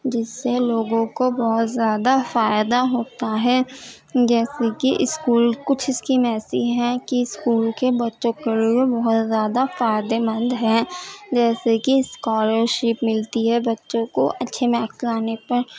جس سے لوگوں کو بہت زیادہ فائدہ ہوتا ہے جیسے کہ اسکول کچھ اسکیم ایسی ہیں کہ اسکول کے بچوں کے لیے بہت زیادہ فائدے مند ہیں جیسے کہ اسکالرشپ ملتی ہے بچوں کو اچھے مارکس لانے پر